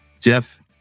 Jeff